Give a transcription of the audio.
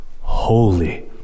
holy